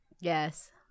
Yes